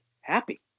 happy